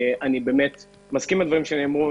אני מסכים עם הדברים שנאמרו,